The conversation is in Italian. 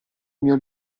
mio